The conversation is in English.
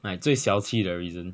like 最小气的 reason